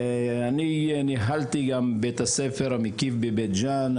אני ניהלתי גם את בית הספר המקיף בבית ג'אן,